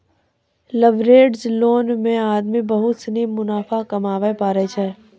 leveraged loan मे आदमी बहुत सनी मुनाफा कमाबै पारै छै